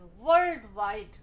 worldwide